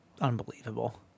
unbelievable